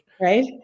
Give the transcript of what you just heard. Right